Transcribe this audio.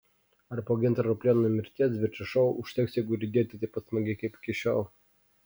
ar po gintaro ruplėno mirties dviračio šou užteks jėgų riedėti taip pat smagiai kaip iki šiol